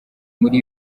muri